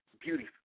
beauty